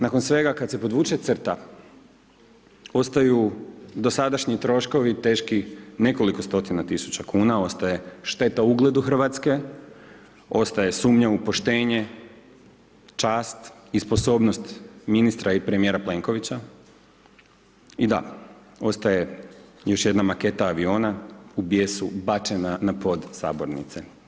Nakon svega kad se podvuče crta, ostaju dosadašnji troškovi teški nekoliko stotina tisuća kuna, ostaje šteta ugledu RH, ostaje sumnja u poštenje, čast i sposobnost ministra i premijera Plenkovića i da, ostaje još jedna maketa aviona u bijesu bačena na pod sabornice.